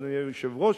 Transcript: אדוני היושב-ראש,